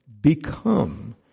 become